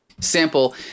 sample